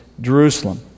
Jerusalem